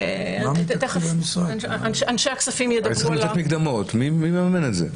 מי מממן את זה?